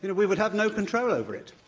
and we would have no control over it.